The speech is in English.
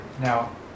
Now